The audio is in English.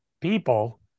people